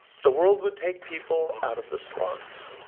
the world would take people out of the slums.